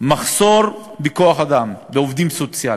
מחסור בכוח-אדם, בעובדים סוציאליים.